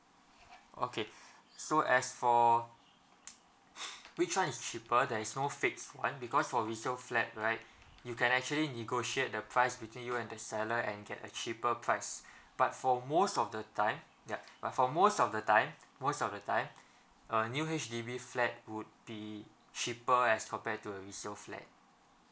okay so as for which one is cheaper there is no fixed one because for resale flat right you can actually negotiate the price between you and the seller and get a cheaper price but for most of the time ya but for most of the time most of the time a new H_D_B flat would be cheaper as compared to a resale flat